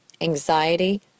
anxiety